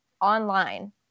online